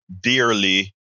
dearly